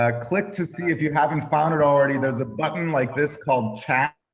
ah click to see if you haven't found it already. there's a button like this called chat,